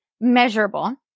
measurable